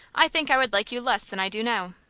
i think i would like you less than i do now.